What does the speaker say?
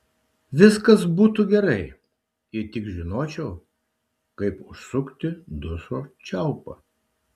viskas būtų gerai jei tik žinočiau kaip užsukti dušo čiaupą